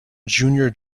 junior